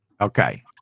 Okay